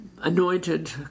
anointed